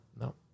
No